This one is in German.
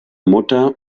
mutter